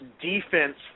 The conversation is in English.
defense